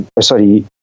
Sorry